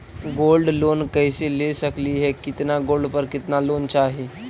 Gold loan कैसे ले सकली हे, कितना गोल्ड पर कितना लोन चाही?